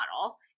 model